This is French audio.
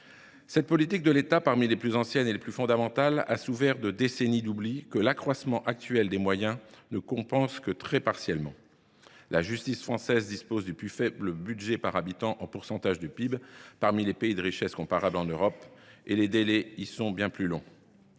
des politiques de l’État les plus anciennes et les plus fondamentales. Elle a souffert de décennies d’oubli, que l’accroissement actuel des moyens ne compense que très partiellement. La justice française dispose ainsi du plus faible budget par habitant en pourcentage du PIB parmi les pays de richesse comparable en Europe, et les délais sont dans notre